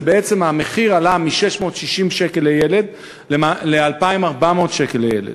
בעצם המחיר עלה מ-660 שקל לילד ל-2,400 שקל לילד,